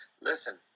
listen